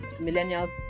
millennials